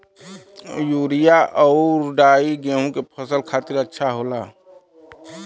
urea आउर डाई गेहूं के फसल खातिर अच्छा होला